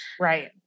Right